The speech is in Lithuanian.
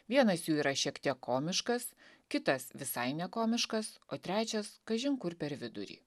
vienas jų yra šiek tiek komiškas kitas visai nekomiškas o trečias kažin kur per vidurį